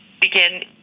begin